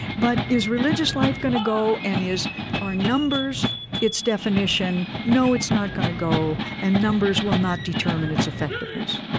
but is religious life going to go, and is are numbers its definition? no, it's not going to go, and numbers will not determine its effectiveness